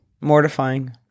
Mortifying